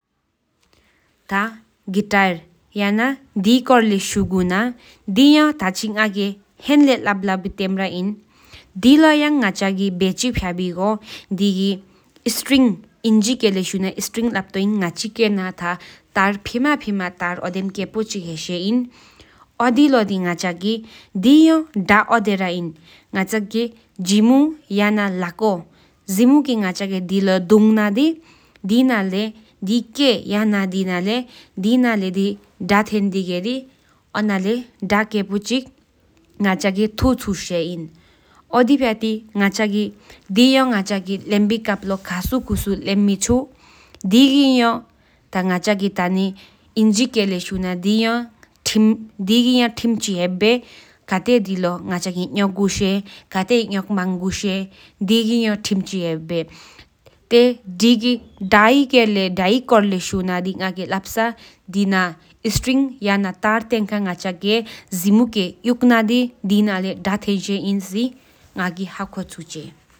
ཐ་གིའུ་ཏར་དེ་སྐོར་ལེས་ཤུག་ན་ང་གི་ཐ་ཅི་ལས་ལབ་ས་དེ་ཐ་བའི་སྦི་ལེན་ན་ཁེ་པར་ཁ་རེས་མ་ཧོ་ང་ཅ་གི་དེ་ལོ་ཡ་ངང་གི་ཀཆ་སྦི་ལོ་ང་ཅི་བཅོ་གི་ཐེན་དི་དངང་ན་དང་ལས་ཀེ་ཐེན་བཤད་ཨིན། ཨོ་དི་དྲྭ་ཏི་ང་ཅ་གི་དེ་དང་སྐོར་ལེས་ཤེ་གུ་པོ་དེ་ལེས་སྤྲུལ་ཏི་ར་ཁེ་ཆི་ཏ་དེ་ང་ཅ་དེ་སྐོར་ལེ་ལེང་དྲྭ་ཏི་ཤེ་ན་དེ་ལོ་བཀར་ཐང་བ་དེསུ་ཤེ་ཨིན།